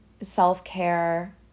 self-care